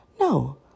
no